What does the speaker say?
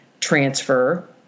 transfer